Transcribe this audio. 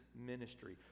ministry